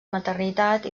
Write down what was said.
maternitat